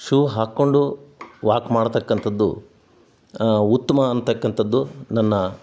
shoe ಹಾಕಿಕೊಂಡು walk ಮಾಡತಕ್ಕಂಥದ್ದು ಉತ್ತಮ ಅಂತಕ್ಕಂಥದ್ದು ನನ್ನ